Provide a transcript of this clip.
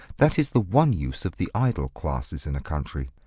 that is the one use of the idle classes in a country,